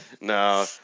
No